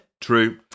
True